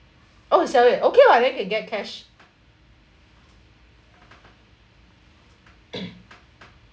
oh sell it okay [what] then can get cash